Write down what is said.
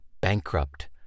bankrupt